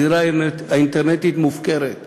הזירה האינטרנטית מופקרת.